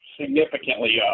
significantly